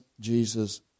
Jesus